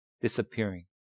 disappearing